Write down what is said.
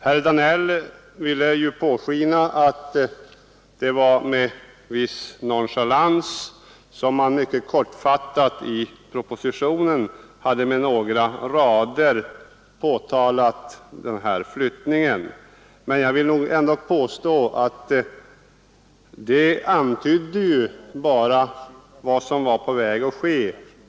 Herr Danell har låtit påskina att det var med en viss nonchalans som man mycket kortfattat på några rader i propositionen nämnde denna flyttning. Jag vill emellertid påstå att man i propositionen bara antydde vad som var på väg att ske.